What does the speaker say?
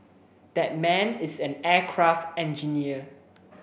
that man is an aircraft engineer